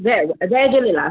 जय जय झूलेलाल